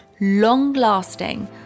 long-lasting